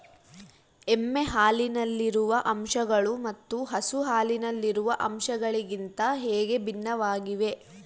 ಎಮ್ಮೆ ಹಾಲಿನಲ್ಲಿರುವ ಅಂಶಗಳು ಮತ್ತು ಹಸು ಹಾಲಿನಲ್ಲಿರುವ ಅಂಶಗಳಿಗಿಂತ ಹೇಗೆ ಭಿನ್ನವಾಗಿವೆ?